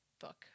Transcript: book